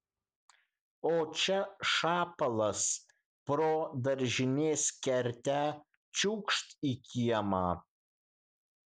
o čia šapalas pro daržinės kertę čiūkšt į kiemą